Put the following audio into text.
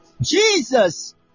Jesus